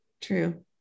true